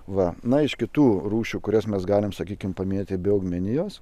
va na iš kitų rūšių kurias mes galime sakykime pamėtė be augmenijos